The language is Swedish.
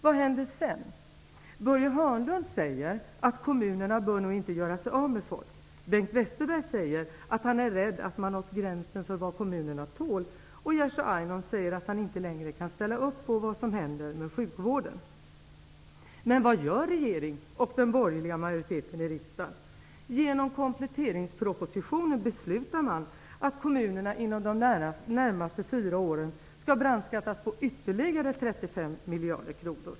Vad händer sedan? Börje Hörnlund säger att kommunerna nog inte bör göra sig av med folk. Bengt Westerberg säger att han är rädd att man nått gränsen för vad kommunerna tål. Jerzy Einhorn säger att han inte längre kan ställa upp på vad som händer med sjukvården. Men vad gör regering och den borgerliga majoriteten i riksdagen? Genom kompletteringspropositionen beslutar man att kommunerna inom de närmaste fyra åren skall brandskattas på ytterligare 35 miljarder kronor.